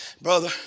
Brother